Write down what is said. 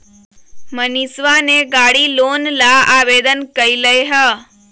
मनीषवा ने गाड़ी लोन ला आवेदन कई लय है